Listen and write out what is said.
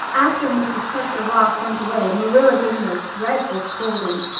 after mrs. chester ross went away, marilla gave me a dreadful scolding.